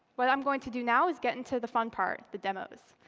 what i'm going to do now is get into the fun part, the demos.